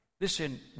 Listen